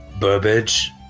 Burbage